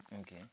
Okay